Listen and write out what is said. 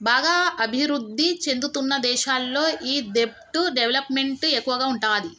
బాగా అభిరుద్ధి చెందుతున్న దేశాల్లో ఈ దెబ్ట్ డెవలప్ మెంట్ ఎక్కువగా ఉంటాది